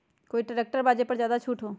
कोइ ट्रैक्टर बा जे पर ज्यादा छूट हो?